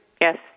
yes